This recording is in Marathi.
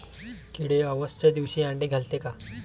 किडे अवसच्या दिवशी आंडे घालते का?